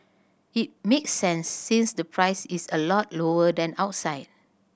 it makes sense since the price is a lot lower than outside